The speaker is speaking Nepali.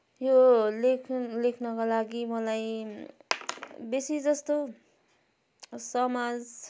त्यो लेख लेख्नको लागि मलाई बेसी जस्तो समाज